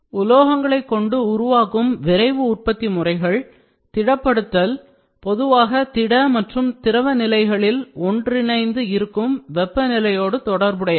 உலோகங்களை கொண்டு உருவாக்கும் விரைவு உற்பத்தி முறைகள் திடப்படுத்தல் பொதுவாக திட மற்றும் திரவ நிலைகள் ஒன்றிணைந்து இருக்கும் வெப்ப நிலையோடு தொடர்புடையவை